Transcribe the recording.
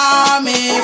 army